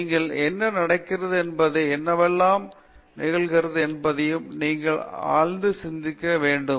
நீங்கள் என்ன நடக்கிறது என்பதையும் என்னவெல்லாம் நிகழ்கிறது என்பதையும் நீங்கள் அறிந்திருக்க வேண்டும்